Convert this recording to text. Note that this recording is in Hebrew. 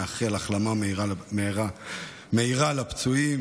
מאחל החלמה מהירה לפצועים